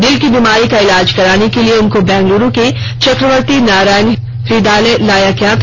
दिल की बिमारी का इलाज करने के लिए उनको बैगलुरू के चक्रवर्ती नारायण हदयालय लाया गया था